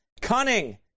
cunning